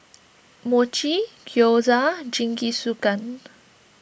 Mochi Gyoza and Jingisukan